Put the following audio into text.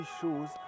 shoes